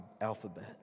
alphabet